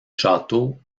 château